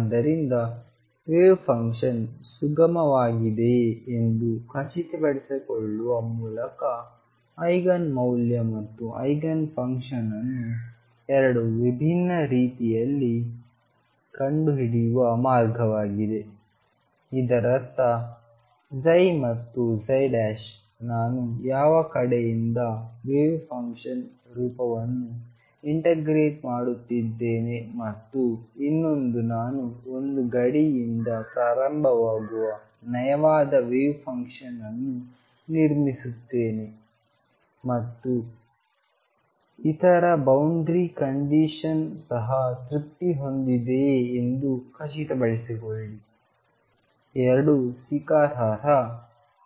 ಆದ್ದರಿಂದ wave function ಸುಗಮವಾಗಿದೆಯೆ ಎಂದು ಖಚಿತಪಡಿಸಿಕೊಳ್ಳುವ ಮೂಲಕ ಐಗನ್ ಮೌಲ್ಯ ಮತ್ತು ಐಗನ್ ಫಂಕ್ಷನ್ ಅನ್ನು ಎರಡು ವಿಭಿನ್ನ ರೀತಿಯಲ್ಲಿ ಕಂಡುಹಿಡಿಯುವ ಮಾರ್ಗವಾಗಿದೆ ಇದರರ್ಥ ಮತ್ತು ನಾನು ಯಾವ ಕಡೆಯಿಂದ ವೇವ್ ಫಂಕ್ಷನ್ ರೂಪವನ್ನು ಇಂಟಗ್ರೇಟ್ ಮಾಡತ್ತಿದ್ದೇನೆ ಮತ್ತು ಇನ್ನೊಂದು ನಾನು ಒಂದು ಗಡಿಯಿಂದ ಪ್ರಾರಂಭವಾಗುವ ನಯವಾದ ವೇವ್ ಫಂಕ್ಷನ್ ಅನ್ನು ನಿರ್ಮಿಸುತ್ತೇನೆ ಮತ್ತು ಇತರ ಬೌಂಡರಿ ಕಂಡೀಶನ್ ಸಹ ತೃಪ್ತಿ ಹೊಂದಿದೆಯೆ ಎಂದು ಖಚಿತಪಡಿಸಿಕೊಳ್ಳಿ ಎರಡೂ ಸ್ವೀಕಾರಾರ್ಹ